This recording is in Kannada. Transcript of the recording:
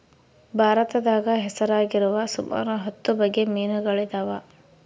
ಭಾರತದಾಗ ಹೆಸರಾಗಿರುವ ಸುಮಾರು ಹತ್ತು ಬಗೆ ಮೀನುಗಳಿದವ